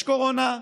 יש קורונה,